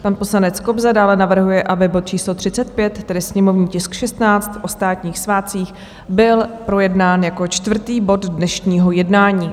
Pan poslanec Kobza dále navrhuje, aby bod číslo 35, tedy sněmovní tisk 16, o státních svátcích, byl projednán jako čtvrtý bod dnešního jednání.